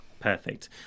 Perfect